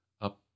up